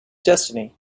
destiny